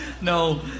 no